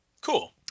Cool